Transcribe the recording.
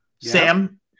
Sam